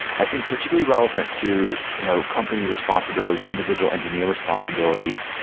i think particularly relevant to you know company responsibilities, individual engineer responsibilities,